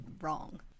wrong